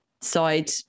side